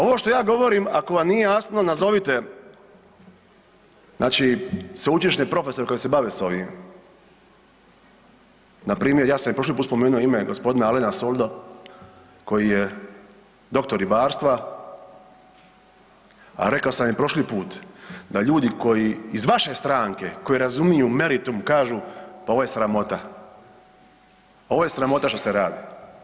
Ovo što ja govorim ako vam nije jasno nazovite sveučilišne profesore koji se bave s ovim npr. ja sam i prošli put spomenuo ime g. Alena Soldo koji je doktor ribarstva, a rekao sam i prošli put da ljudi koji iz vaše stranke koji razumiju meritum kažu pa ovo je sramota, ovo je sramota što se radi.